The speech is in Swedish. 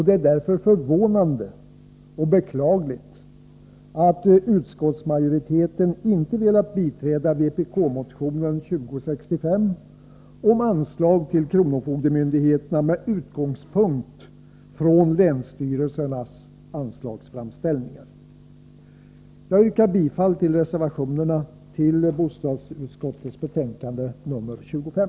Det är därför förvånande och beklagligt att utskottsmajoriteten inte velat biträda vpk-motion 2065 om anslag till kronofogdemyndigheterna med utgångspunkt i länsstyrelsernas anslagsframställningar. Jag yrkar bifall till reservationerna vid bostadsutskottets betänkande nr 25.